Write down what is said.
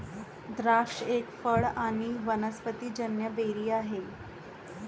द्राक्ष एक फळ आणी वनस्पतिजन्य बेरी आहे